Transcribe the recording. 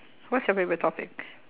what's your favourite topic